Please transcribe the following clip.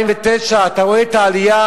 ב-2009, אתה רואה את העלייה,